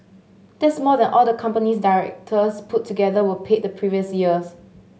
that's more than all the company's directors put together were paid the previous year